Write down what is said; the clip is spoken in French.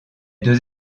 deux